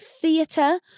theatre